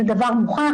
זה דבר מוכח,